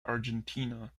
argentina